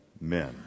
men